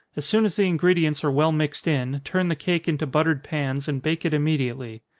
as soon as the ingredients are well mixed in, turn the cake into buttered pans, and bake it immediately.